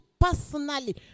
Personally